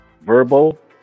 Verbal